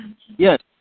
Yes